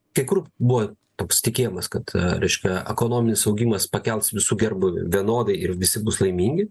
kai kur buvo toks tikėjimas kad reiškia ekonominis augimas pakels visų gerbūvį vienodai ir visi bus laimingi